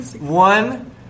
One